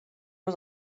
was